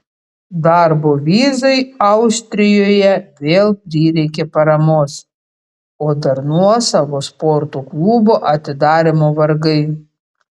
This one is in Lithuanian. darbo vizai austrijoje vėl prireikė paramos o dar nuosavo sporto klubo atidarymo vargai